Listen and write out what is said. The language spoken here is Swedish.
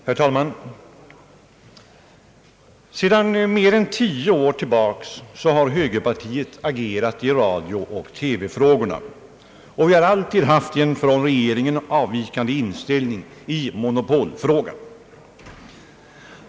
Herr talman! Sedan mer än tio år har högerpartiet agerat i radiooch TV-frågorna och alltid haft en från regeringen avvikande inställning till monopolet på detta område.